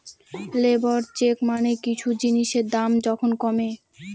labour চেক মানে কিছু জিনিসের দাম যখন কমে